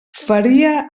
feria